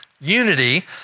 unity